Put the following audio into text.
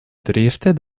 drifted